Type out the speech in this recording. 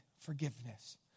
forgiveness